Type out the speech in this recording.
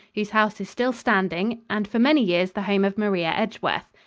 whose house is still standing, and for many years the home of maria edgeworth.